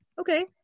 okay